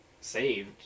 saved